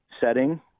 setting